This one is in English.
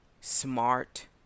smart